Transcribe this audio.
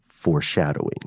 foreshadowing